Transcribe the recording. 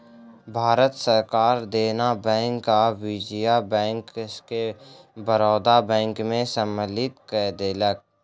भारत सरकार देना बैंक आ विजया बैंक के बड़ौदा बैंक में सम्मलित कय देलक